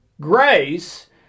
grace